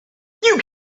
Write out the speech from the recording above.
you